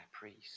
priest